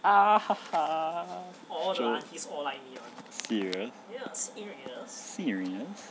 is it true serious